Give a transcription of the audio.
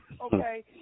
okay